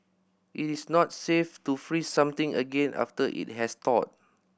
it is not safe to freeze something again after it has thawed